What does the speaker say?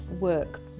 work